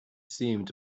seemed